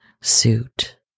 suit